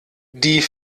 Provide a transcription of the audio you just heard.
die